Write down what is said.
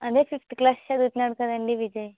అదే fifth class చదువుతున్నాడు కదా అండి విజయ్